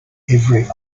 every